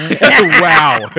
Wow